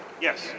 Yes